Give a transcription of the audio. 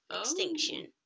extinction